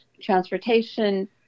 transportation